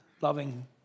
loving